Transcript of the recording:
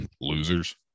Losers